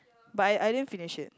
but I I didn't finish it